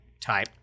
type